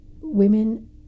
women